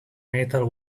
metal